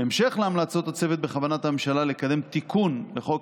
בהמשך להמלצות הצוות בכוונת הממשלה לקדם תיקון לחוק